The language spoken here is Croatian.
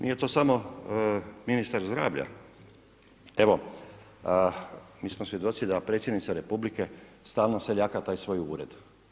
Nije to samo ministar zdravlja, evo, mi smo svjedoci da predsjednica Republike, stalno seljaka taj svoj ured.